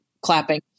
clapping